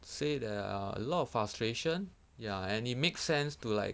say that a lot of frustration ya and it makes sense to like